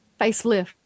facelift